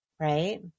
Right